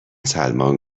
سلمان